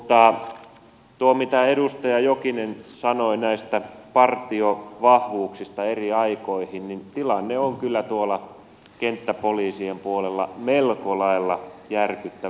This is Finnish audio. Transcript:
mutta tuo mitä edustaja jokinen sanoi partiovahvuuksista eri aikoihin niin tilanne on kyllä tuolla kenttäpoliisien puolella melko lailla järkyttävä